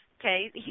okay